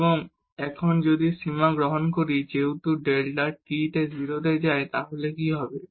এবং এখন যদি আমরা সীমা গ্রহণ করি যেহেতু ডেল্টা টি 0 তে যায় তাহলে কি হবে